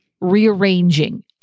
rearranging